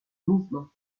mouvement